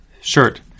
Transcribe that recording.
shirt